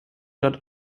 dort